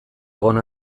egon